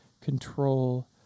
control